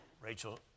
Rachel